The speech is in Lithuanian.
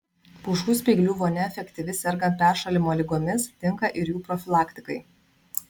pušų spyglių vonia efektyvi sergant peršalimo ligomis tinka ir jų profilaktikai